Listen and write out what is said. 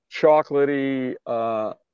chocolatey